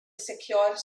secure